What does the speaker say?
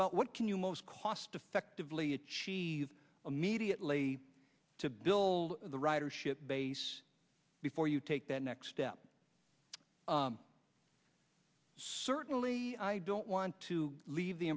about what can you most cost effectively achieve immediately to build the ridership base before you take that next step certainly i don't want to leave the